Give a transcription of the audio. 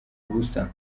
ubusa